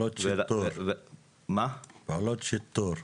פעולות שיטור.